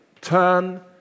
turn